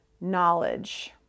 knowledge